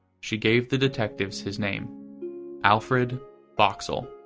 she gave the detectives his name alfred boxall.